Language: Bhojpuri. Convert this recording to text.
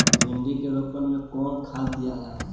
भिंदी के रोपन मे कौन खाद दियाला?